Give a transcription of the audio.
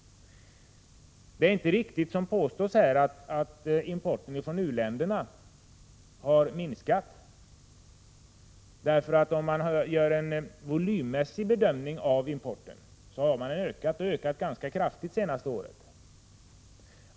Det är inte riktigt, vilket har påståtts här, att importen från u-länderna har minskat. Om man gör en volymmässig bedömning av importen, visar det sig att den har ökat ganska kraftigt under det senaste året.